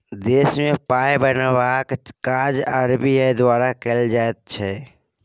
देशमे पाय बनेबाक काज आर.बी.आई द्वारा कएल जाइ छै